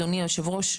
אדוני היושב-ראש,